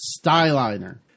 styliner